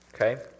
okay